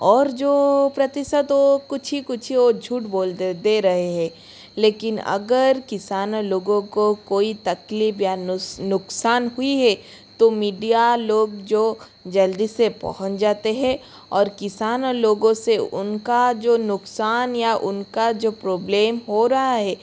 और जो प्रतिशत वो कुछ ही कुछ और झूठ बोलने दे रहे हैं लेकिन अगर किसान लोगों को कोई तकलीफ या नुकसान हुई है तो मीडिया लोग जो जल्दी से पहुँच जाते हैं और किसान और लोगों से उनका जो नुकसान या उनका जो प्रोब्लेम हो रहा है